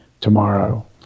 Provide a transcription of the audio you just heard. tomorrow